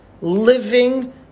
living